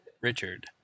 Richard